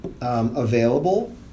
available